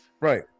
right